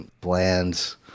bland